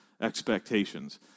expectations